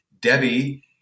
Debbie